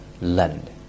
lend